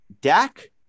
Dak